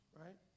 right